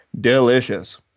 delicious